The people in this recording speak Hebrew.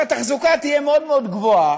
עלות התחזוקה תהיה מאוד מאוד גבוהה,